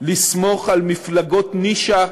לסמוך על מפלגות נישה,